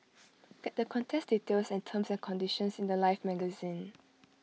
get the contest details and terms and conditions in The Life magazine